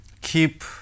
keep